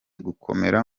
gukomera